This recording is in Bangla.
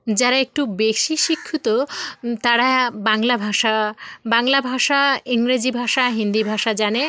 যারা একটু বেশি শিক্ষিত তারা বাংলা ভাষা বাংলা ভাষা ইংরেজি ভাষা হিন্দি ভাষা জানে